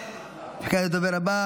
כעת לדובר הבא,